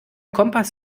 kompass